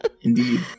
Indeed